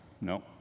no